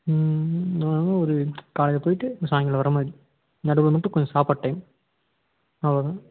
ஆனாலும் ஒரு காலையில் போய்விட்டு சாயங்காலம் வர மாதிரி நடுவில் மட்டும் கொஞ்சம் சாப்பாடு டைம் அவ்வளோதான்